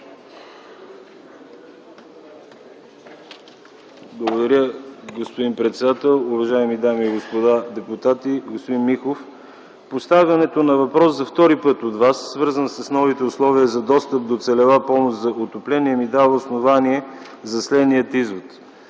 Благодаря, господин председател. Уважаеми дами и господа депутати! Господин Миков, поставянето на въпрос за втори път от Вас, свързан с новите условия за достъп до целева помощ за отопление, ми дава основание за следния извод.